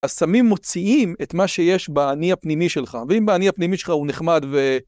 הסמים מוציאים את מה שיש באני הפנימי שלך, ואם באני הפנימי שלך הוא נחמד ו...